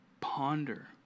ponder